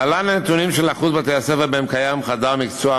להלן הנתונים של אחוז בתי-הספר שבהם קיים חדר מקצוע,